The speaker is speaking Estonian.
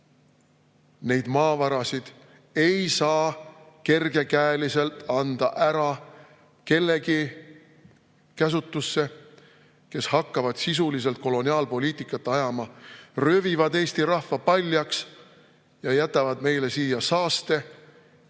neid maavarasid ei saa kergekäeliselt ära anda kellegi teise käsutusse, kes hakkavad sisuliselt koloniaalpoliitikat ajama, röövivad Eesti rahva paljaks ja jätavad meile siia saaste ja